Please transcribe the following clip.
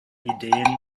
ideen